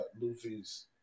Luffy's